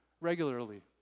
regularly